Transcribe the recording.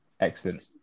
Excellent